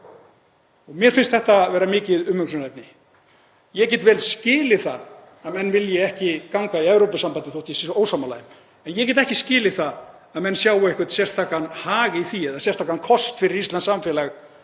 Mér finnst þetta vera mikið umhugsunarefni. Ég get vel skilið það að menn vilji ekki ganga í Evrópusambandið þótt ég sé ósammála þeim, en ég get ekki skilið það að menn sjái einhvern sérstakan hag í því eða sérstakan kost fyrir íslenskt samfélag